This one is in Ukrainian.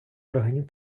органів